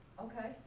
ok,